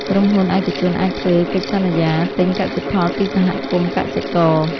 ក្រុមហ៊ុនឯកជនអាចធ្វើកិច្ចសន្យាទិញកសិផលពីសហគមន៍កសិករ។